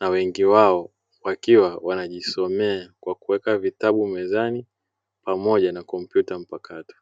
na wengi wao wakiwa wanajisomea kwa kuweka vitabu mezani pamoja na kompyuta mpakato.